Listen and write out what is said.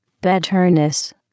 betterness